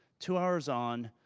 two hours on,